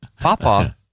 Papa